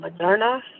Moderna